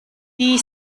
die